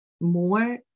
more